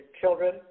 children